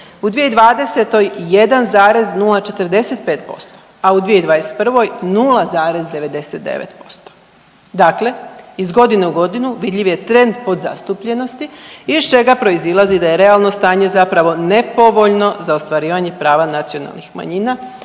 U 2020. 1,045% a u 2021. 0,99%. Dakle iz godine u godinu vidljiv je trend podzastupljenosti iz čega proizilazi da je realno stanje zapravo nepovoljno za ostvarivanje prava nacionalnih manjina